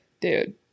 dude